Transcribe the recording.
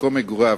מקום מגוריו,